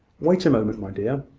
wait a moment, my dear.